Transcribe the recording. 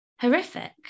horrific